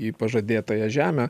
į pažadėtąją žemę